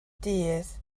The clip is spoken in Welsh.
dydd